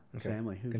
family